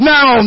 Now